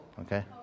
Okay